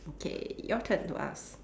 okay your turn to ask